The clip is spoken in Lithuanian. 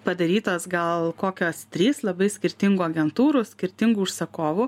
padarytos gal kokios trys labai skirtingų agentūrų skirtingų užsakovų